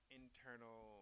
internal